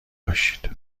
باشید